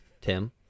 Tim